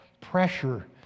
pressure